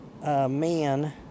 man